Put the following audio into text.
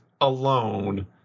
alone